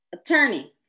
Attorney